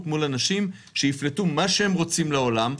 מול אנשים שיפלטו מה שהם רוצים לעולם,